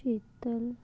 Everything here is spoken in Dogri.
शीतल